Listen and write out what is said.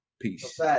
Peace